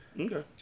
Okay